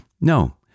no